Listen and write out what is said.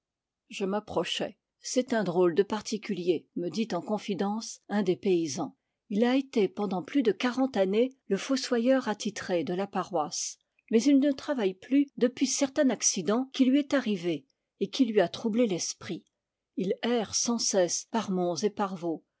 je m'approchai c'est un drôle de particulier me dit en confidence un des paysans il a été pendant plus de quarante années le fossoyeur attitré de la paroisse mais il ne travaille plus depuis certain accident qui lui est arrivé et qui lui a troublé l'esprit il erre sans cesse par monts et par vaux